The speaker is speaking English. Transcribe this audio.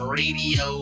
radio